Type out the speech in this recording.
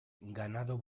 ganado